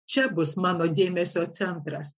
čia bus mano dėmesio centras